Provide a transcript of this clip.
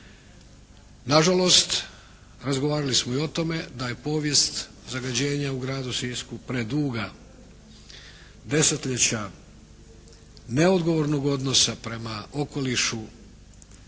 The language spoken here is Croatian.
Na žalost, razgovarali smo i o tome da je povijest zagađenja u gradu Sisku preduga. Desetljeća neodgovornog odnosa prema okolišu